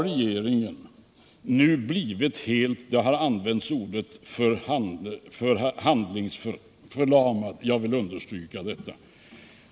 Regeringen har blivit helt handlingsförlamad — det ordet har använts tidigare i debatten, och jag vill understryka detta.